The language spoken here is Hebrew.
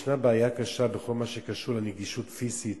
יש בעיה קשה בכל מה שקשור לנגישות פיזית